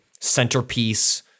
centerpiece